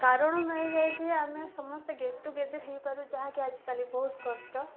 କାରଣ ମିଳିଯାଇଛି ଆମେ ସମସ୍ତେ ଗେଟ୍ ଟୁଗେଦର୍ ହେଇପାରୁ ଯାହାକି ଆଜିକାଲି ବହୁତ କଷ୍ଟ